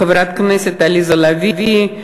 חברת הכנסת עליזה לביא,